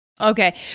Okay